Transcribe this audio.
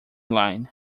line